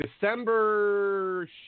December